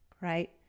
Right